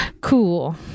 cool